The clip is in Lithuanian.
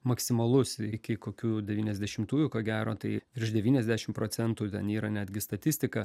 maksimalus iki kokių devyniasdešimtųjų ko gero tai virš devyniasdešim procentų ten yra netgi statistika